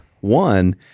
one